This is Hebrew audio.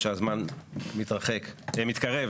גם בכך שהמשך הליכי החקיקה יקודמו בהסכמת משרדי המשפטים והפנים.